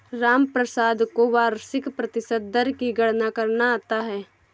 रामप्रसाद को वार्षिक प्रतिशत दर की गणना करना आता है